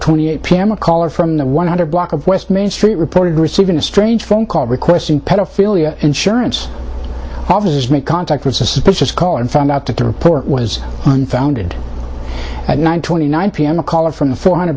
twenty eight pm a caller from the one hundred block of west main street reported receiving a strange phone call requesting pedophilia insurance obvious make contact with suspicious call and found out that the report was unfounded at nine twenty nine pm a caller from the four hundred